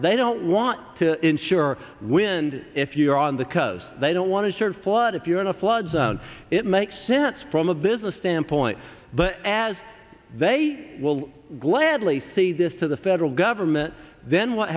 they don't want to insure wind if you're on the coast they don't want to surf what if you're in a flood zone it makes sense from a business standpoint but as they will gladly see this to the federal government then what